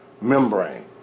membrane